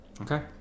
Okay